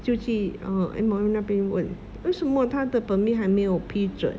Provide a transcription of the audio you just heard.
就去 uh M_O_M 那边问为什么他的 permit 还没有批准